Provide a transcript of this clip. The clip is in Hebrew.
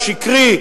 השקרי,